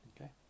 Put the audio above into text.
Okay